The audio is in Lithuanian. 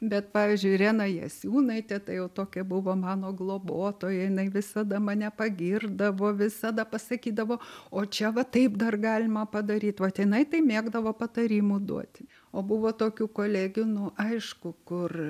bet pavyzdžiui irena jasiūnaitė tai jau tokia buvo mano globotoja jinai visada mane pagirdavo visada pasakydavo o čia va taip dar galima padaryt vat jinai tai mėgdavo patarimų duoti o buvo tokių kolegių nu aišku kur